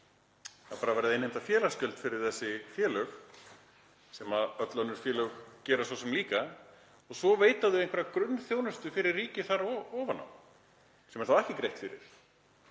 Það er bara verið að innheimta félagsgjöld fyrir þessi félög, sem öll önnur félög gera svo sem líka, og svo veita þau einhverja grunnþjónustu fyrir ríkið þar ofan á sem ekki er greitt fyrir.